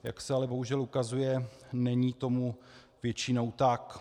Jak se ale bohužel ukazuje, není tomu většinou tak.